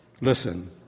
Listen